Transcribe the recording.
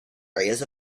areas